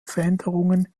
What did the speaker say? veränderungen